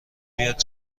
بیاد